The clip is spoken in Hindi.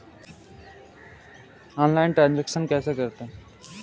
ऑनलाइल ट्रांजैक्शन कैसे करते हैं?